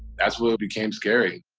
that's when it became scary.